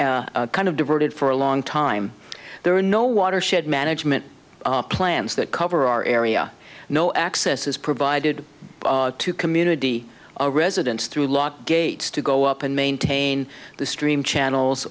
kind of diverted for a long time there are no watershed management plans that cover our area no access is provided to community residents through locked gates to go up and maintain the stream channels